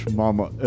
mama